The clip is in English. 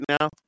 now